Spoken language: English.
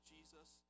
Jesus